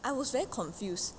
I was very confused